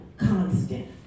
constant